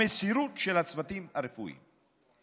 המסירות של הצוותים הרפואיים.